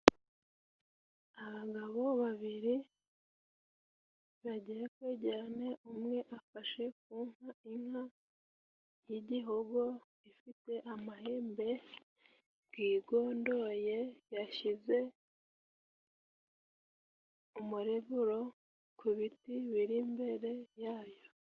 Abagabo babiri bagiye kwegerana, umwe afashe ku nka, inka y'igihogo, ifite amahembe gwigondoye, yashyize umurevuro ku biti biri imbere ya yo.